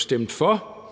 stemte for,